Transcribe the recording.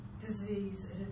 disease